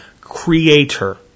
Creator